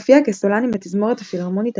הופיע כסולן עם התזמורת הפילהרמונית הישראלית,